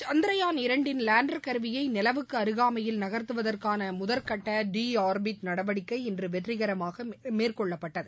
சந்திரயான் இரண்டின் லேண்டர் கருவியை நிலவுக்கு அருகாமையில் நகர்த்துவற்கான முதற்கட்ட டி ஆர்பிட் நடவடிக்கை இன்று வெற்றிகரமாக மேற்கொள்ளப்பட்டது